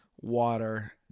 water